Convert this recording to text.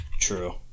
True